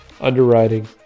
underwriting